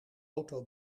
auto